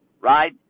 right